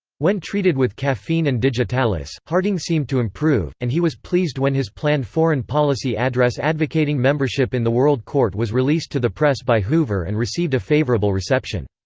when treated with caffeine and digitalis, harding seemed to improve, and he was pleased when his planned foreign policy address advocating membership in the world court was released to the press by hoover and received a favorable reception.